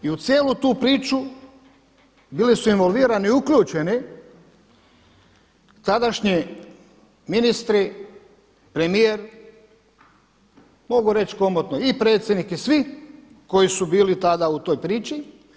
I u cijelu tu priču bili su involvirani i uključeni tadašnji ministri, premijer, mogu reći komotno i predsjednik i svi koji su bili tada u toj priči.